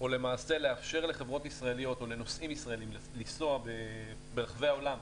או למעשה לאפשר לחברות ישראליות או לנוסעים ישראלים ליסוע ברחבי העולם,